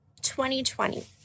2020